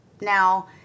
Now